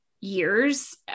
years